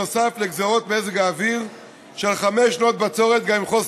נוסף על גזרות מזג האוויר של חמש שנות בצורת,